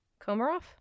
Komarov